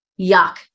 yuck